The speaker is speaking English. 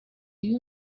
you